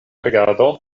regado